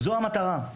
זאת המטרה.